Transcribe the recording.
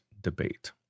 debate